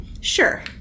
Sure